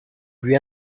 lui